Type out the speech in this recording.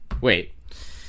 Wait